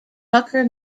tucker